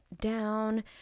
down